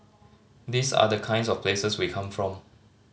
these are the kinds of places we come from